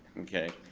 okay,